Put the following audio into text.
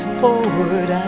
forward